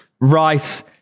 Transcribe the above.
Rice